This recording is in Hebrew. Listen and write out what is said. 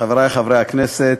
חברי חברי הכנסת,